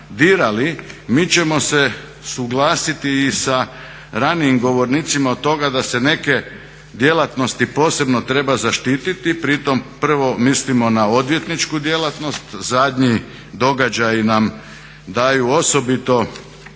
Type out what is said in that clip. mi ćemo se suglasiti i sa ranijim govornicima od toga da se neke djelatnosti posebno treba zaštititi. Pri tome prvo mislimo na odvjetničku djelatnost, zadnji događaji nam daju osobito